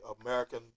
American